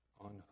on